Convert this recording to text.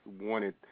wanted